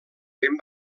ben